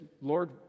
Lord